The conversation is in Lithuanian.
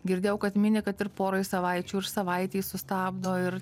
girdėjau kad mini kad ir porai savaičių ir savaitei sustabdo ir